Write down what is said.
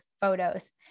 photos